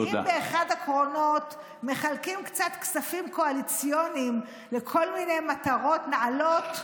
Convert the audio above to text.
ואם באחד הקרונות מחלקים קצת כספים קואליציוניים לכל מיני מטרות נעלות,